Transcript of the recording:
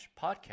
podcast